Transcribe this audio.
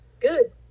good